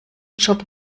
job